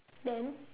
then